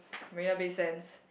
Marina-Bay-Sands